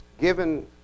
given